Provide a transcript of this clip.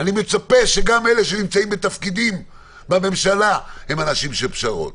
אני מצפה גם מאלה שנמצאים בתפקידים בממשלה להיות אנשים של פשרות.